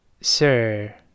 sir